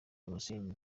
damascene